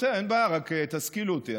רק תשכילו אותי,